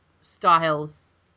styles